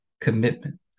commitment